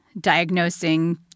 diagnosing